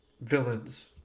villains